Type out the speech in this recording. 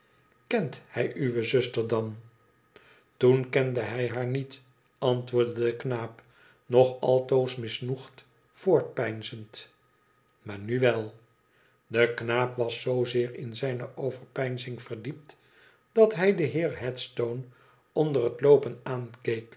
tkent hij uwe zuster dan ttoen kende hij haar niet antwoordde de knaap nog altoos misnoegd voortpeinzend t maar nu wel de knaap was zoozeer in zijne overpeinzing verdiept dat hij den heer headstone onder het loopen